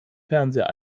fernseher